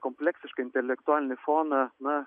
kompleksišką intelektualinį foną na